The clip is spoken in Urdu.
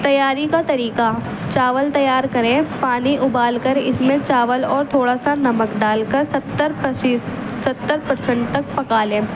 تیاری کا طریقہ چاول تیار کریں پانی ابال کر اس میں چاول اور تھوڑا سا نمک ڈال کر ستر ستر پرسنٹ تک پکا لیں